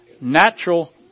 natural